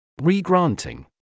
Regranting